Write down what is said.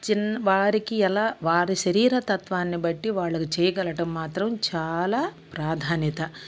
చిన్న వారికి ఎలా వారి శరీర తత్వాన్ని బట్టి వాళ్ళకి చేయగలటం మాత్రం చాలా ప్రాధాన్యత